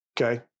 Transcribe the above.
okay